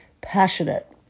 passionate